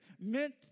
meant